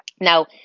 Now